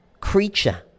creature